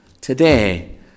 today